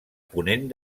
ponent